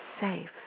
safe